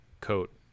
coat